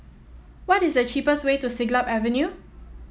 what is the cheapest way to Siglap Avenue